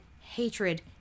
hatred